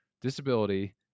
disability